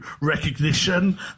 recognition